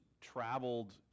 traveled